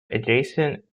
adjacent